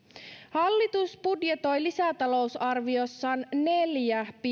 hallitus budjetoi lisätalousarviossaan neljä